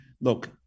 look